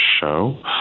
show